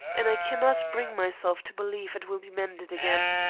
and i cannot bring myself to believe it will be mended again.